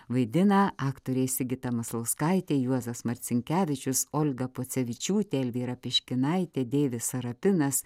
vaidina aktoriai sigita maslauskaitė juozas marcinkevičius olga pocevičiūtė elvyra piškinaitė deivis sarapinas